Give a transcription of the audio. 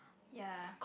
ya